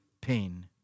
pain